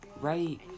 Right